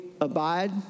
abide